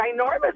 ginormous